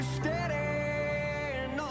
steady